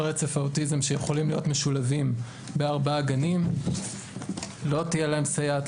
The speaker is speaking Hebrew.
רצף האוטיזם שיכולים להיות משולבים בארבעה גנים לא תהיה להם סייעת,